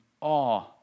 awe